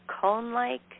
cone-like